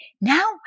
Now